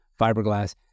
fiberglass